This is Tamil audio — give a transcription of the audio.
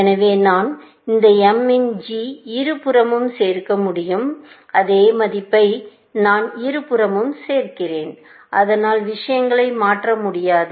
எனவே நான் இந்த m இன் g இருபுறமும் சேர்க்க முடியும் அதே மதிப்பை நான் இருபுறமும் சேர்க்கிறேன் அதனால் விஷயங்களை மாற்ற முடியாது